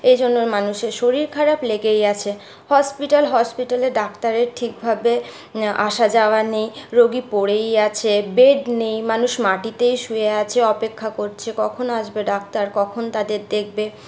এই জন্য মানুষের শরীর খারাপ লেগেই আছে হসপিটাল হসপিটালে ডাক্তারের ঠিকভাবে আসা যাওয়া নেই রোগী পড়েই আছে বেড নেই মানুষ মাটিতেই শুয়ে আছে অপেক্ষা করছে কখন আসবে ডাক্তার কখন তাদের দেখবে